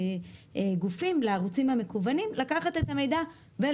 התחלתם לדבר על הנושא הזה של הדחיפות בהנגשת המידע.